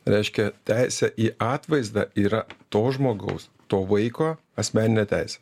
reiškia teisė į atvaizdą yra to žmogaus to vaiko asmeninė teisė